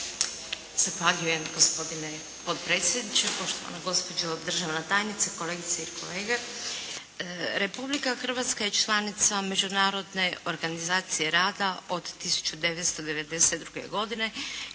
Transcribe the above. Zahvaljujem gospodine potpredsjedniče. Poštovana gospođo državna tajnice, kolegice i kolege. Republika Hrvatska je članica Međunarodne organizacije rada od 1992. godine